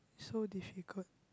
so difficult